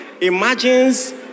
Imagines